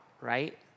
right